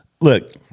Look